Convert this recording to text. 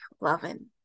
loving